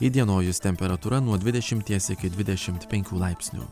įdienojus temperatūra nuo dvidešimties iki dvidešimt penkių laipsnių